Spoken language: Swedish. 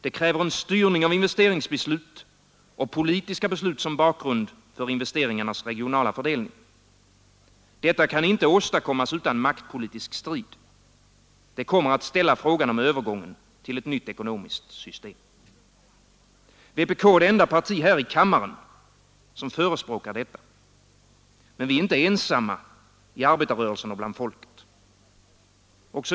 Det kräver en styrning av investeringsbeslut och politiska beslut som bakgrund för investeringarnas regionala fördelning. Detta kan inte åstadkommas utan maktpolitisk strid. Det kommer att ställa frågan om övergången till ett nytt ekonomiskt system. Vpk är det enda parti här i kammaren som förespråkar detta. Men vi är inte ensamma i arbetarrörelsen och bland folket.